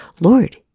Lord